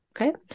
Okay